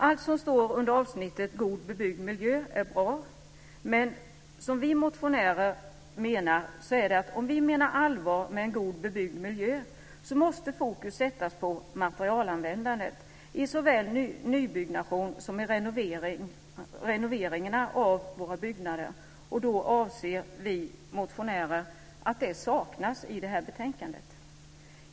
Allt som står under avsnittet God bebyggd miljö är bra, men vi motionärer menar att om vi menar allvar med en god bebyggd miljö måste fokus sättas på materialanvändandet i såväl nybyggnation som i renoveringarna av våra byggnader, och vi motionärer anser att det saknas i det här betänkandet.